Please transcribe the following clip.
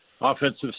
Offensive